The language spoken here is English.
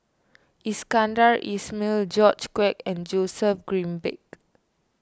Iskandar Ismail George Quek and Joseph Grimberg